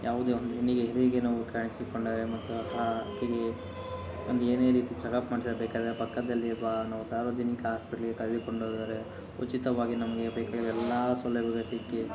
ಯಾವುದೇ ಒಂದು ಹೆಣ್ಣಿಗೆ ಹೆರಿಗೆ ನೋವು ಕಾಣಿಸಿಕೊಂಡರೆ ಮತ್ತು ಕಾಲು ಕಿವಿ ಒಂದು ಏನೇ ರೀತಿ ಚೆಕಪ್ ಮಾಡಿಸಬೇಕಾದರೆ ಪಕ್ಕದಲ್ಲಿರುವ ನಾವು ಸಾರ್ವಜನಿಕ ಹಾಸ್ಪೆಟ್ಲಿಗೆ ಕರೆದುಕೊಂಡು ಹೋದರೆ ಉಚಿತವಾಗಿ ನಮಗೆ ಬೇಕಾಗಿರುವ ಎಲ್ಲಾ ಸೌಲಭ್ಯಗಳು ಸಿಕ್ಕು